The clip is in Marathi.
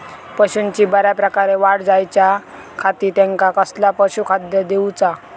पशूंची बऱ्या प्रकारे वाढ जायच्या खाती त्यांका कसला पशुखाद्य दिऊचा?